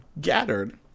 gathered